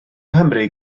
nghymru